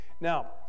Now